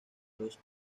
los